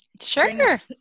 Sure